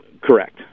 Correct